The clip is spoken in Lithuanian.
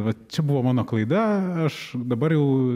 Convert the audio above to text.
vat čia buvo mano klaida aš dabar jau